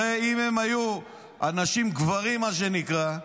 הרי אם הם היו אנשים גברים, מה שנקרא,